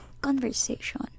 conversation